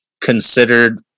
considered